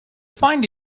find